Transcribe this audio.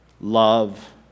love